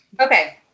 Okay